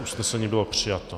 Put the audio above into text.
Usnesení bylo přijato.